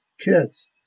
kids